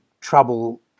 trouble